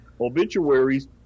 obituaries